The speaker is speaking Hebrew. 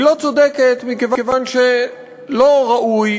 היא לא צודקת מכיוון שלא ראוי,